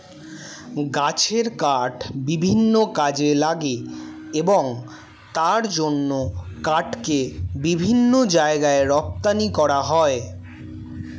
গাছের কাঠ বিভিন্ন কাজে লাগে এবং তার জন্য কাঠকে বিভিন্ন জায়গায় রপ্তানি করা হয়